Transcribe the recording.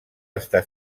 està